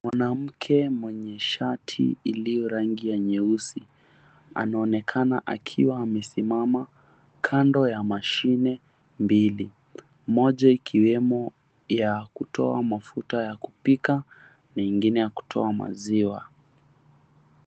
Mwanamke mwenye shati iliyo rangi ya nyeusi. Anaonekana akiwa amesimama kando ya mashine mbili, moja ikiwemo ya kutoa mafuta ya kupika, na ingine ya kutoa maziwa.